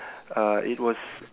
uh it was